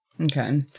Okay